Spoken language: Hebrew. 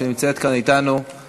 שתלמידותיה נמצאות כאן אתנו ביציע.